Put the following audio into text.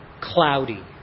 cloudy